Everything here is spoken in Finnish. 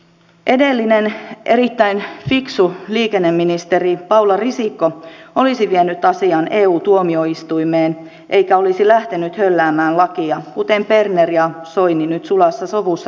edellinen erittäin fiksu liikenneministeri paula risikko olisi vienyt asian eu tuomioistuimeen eikä olisi lähtenyt hölläämään lakia kuten berner ja soini nyt sulassa sovussa tekevät